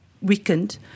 weakened